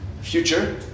future